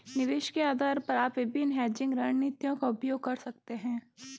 निवेश के आधार पर आप विभिन्न हेजिंग रणनीतियों का उपयोग कर सकते हैं